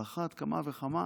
על אחת כמה וכמה